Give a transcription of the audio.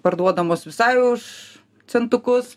parduodamos visai už centukus